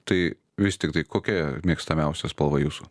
tai vis tiktai kokia mėgstamiausia spalva jūsų